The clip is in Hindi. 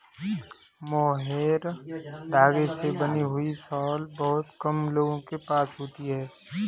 मोहैर धागे से बनी हुई शॉल बहुत कम लोगों के पास होती है